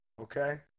Okay